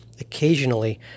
occasionally